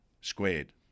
Squared